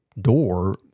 door